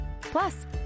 Plus